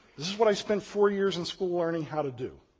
this is what i spent four years in school learning how to do.